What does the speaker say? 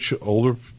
older